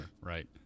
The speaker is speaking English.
right